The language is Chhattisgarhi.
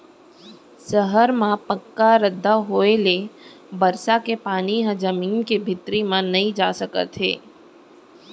सहर म पक्का रद्दा होए ले बरसा के पानी ह जमीन के भीतरी म नइ जा सकत हे